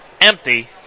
empty